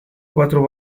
cuatro